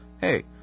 hey